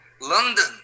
London